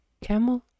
Camel